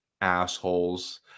assholes